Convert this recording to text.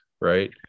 right